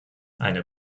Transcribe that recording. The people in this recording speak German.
eine